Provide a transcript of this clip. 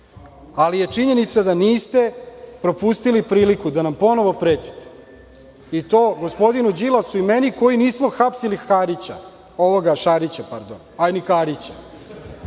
je činjenica da niste propustili priliku da nam ponovo pretite, i to gospodinu Đilasu i meni, koji nismo hapsili Karića, pardon Šarića, a ni Karića.